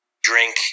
drink